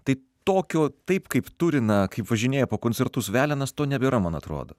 tai tokio taip kaip turina kaip važinėja po koncertus velenas to nebėra man atrodo